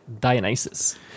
Dionysus